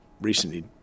recently